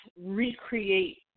recreate